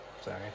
Sorry